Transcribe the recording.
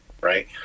right